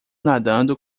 nadando